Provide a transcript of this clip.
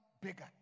bigger